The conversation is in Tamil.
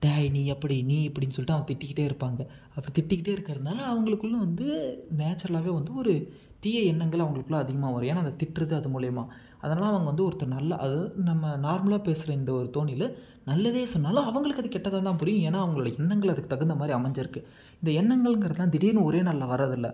டேய் நீ அப்படி நீ இப்புடின்னு சொல்லிட்டு திட்டிக்கிட்டே இருப்பாங்க அப்போ திட்டிக்கிட்டே இருக்கிறதுனால அவங்களுக்குள்ள வந்து நேச்சுரலாகவே வந்து ஒரு தீய எண்ணங்கள் அவங்களுக்குள்ள அதிகமாக வரும் ஏன்னா அந்த திட்டுகிறது அது மூலியமாக அதனால் அவங்க வந்து ஒருத்தர் நல்லா அதாவது நம்ம நார்மலாக பேசுகிற இந்த ஒரு தோணியில நல்லதே சொன்னாலும் அவங்களுக்கு அது கெட்டதாக தான் புரியும் ஏன்னா எண்ணங்கள் அதுக்கு தகுந்த மாதிரி அமைஞ்சிருக்கு இந்த எண்ணங்கள்ங்குறது திடீர்ன்னு ஒரே நாள்ல வரதில்லை